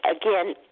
again